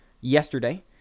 yesterday